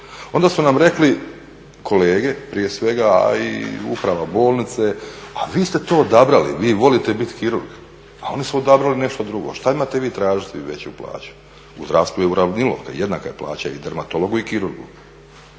Onda su nam rekli kolege prije svega, a i uprava bolnice, a vi ste to odabrali, vi volite bit kirurg, a oni su odabrali nešto drugo. Šta imate vi tražiti veću plaću? U zdravstvu je uravnilovka, jednaka je plaća i dermatologu i kirurgu.